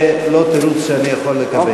זה לא תירוץ שאני יכול לקבל.